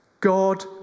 God